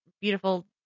beautiful